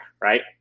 right